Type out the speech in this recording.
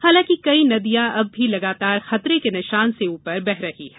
हालांकि कई नदियां अब भी लगातार खतरे के निशान से ऊपर बह रही हैं